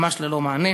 ממש ללא מענה.